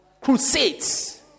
crusades